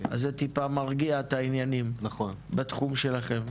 אז זה טיפה מרגיע את העניינים בתחום שלכם.